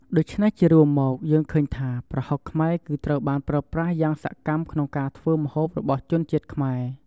ដូច្នេះជារួមមកយើងឃើញថា ប្រហុកខ្មែរគឺត្រូវបានប្រើប្រាស់យ៉ាងសកម្មក្នុងការធ្វើម្ហូបរបស់ជនជាតិខ្មែរ។